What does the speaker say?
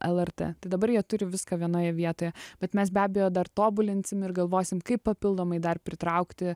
lrt tai dabar jie turi viską vienoje vietoje bet mes be abejo dar tobulinsim ir galvosim kaip papildomai dar pritraukti